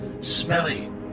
smelly